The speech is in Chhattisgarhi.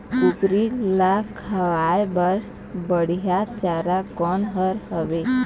कुकरी ला खवाए बर बढीया चारा कोन हर हावे?